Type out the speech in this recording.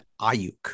Ayuk